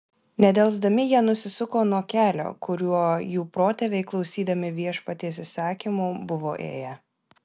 nedelsdami jie nusisuko nuo kelio kuriuo jų protėviai klausydami viešpaties įsakymų buvo ėję